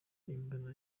ingano